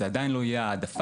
זאת עדיין לא תהיה העדפה,